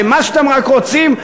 ומה שאתם רק רוצים,